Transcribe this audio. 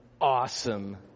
awesome